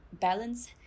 balance